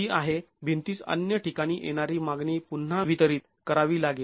ती आहे भिंतीस अन्य ठिकाणी येणारी मागणी पुन्हा वितरित करावी लागेल